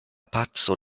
paco